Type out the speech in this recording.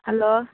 hello